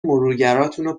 مرورگراتونو